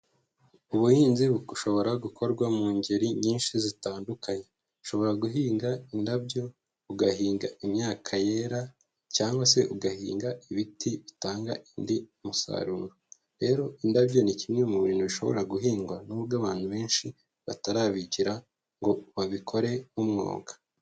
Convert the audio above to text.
Ubuhinzi bushobora gukorwa mu ngeri nyinshi zitandukanye. Ushobora guhinga indabyo, ugahinga imyaka yera, cyangwa se ugahinga ibiti bitanga indi musaruro. Rero indabyo ni kimwe mu bintu bishobora guhingwa, nubwo abantu benshi batarabigira, ngo babikore nk'umwuga.